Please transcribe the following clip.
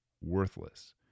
worthless